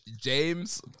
James